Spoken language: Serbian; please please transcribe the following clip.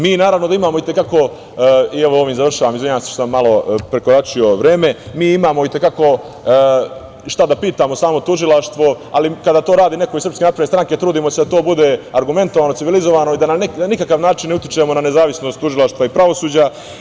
Mi naravno, da imamo i te kako, ovim završavam, izvinjavam se što sam malo prekoračio vreme, mi i te kako imamo šta da pitamo samo tužilaštvo, ali kada to radi neko iz SNS, trudimo se da to bude argumentovano, civilizovano i da na nikakav način ne utičemo na nezavisnost tužilaštva i pravosuđa.